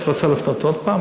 את רוצה לפנות עוד הפעם,